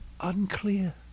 unclear